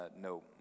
No